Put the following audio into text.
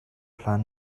hlan